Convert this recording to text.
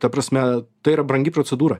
ta prasme tai yra brangi procedūra